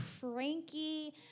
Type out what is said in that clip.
cranky